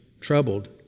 troubled